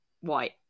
White